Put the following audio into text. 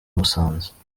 musanze